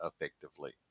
effectively